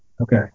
Okay